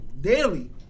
daily